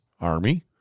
Army